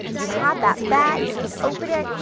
you have that bag, you can open it,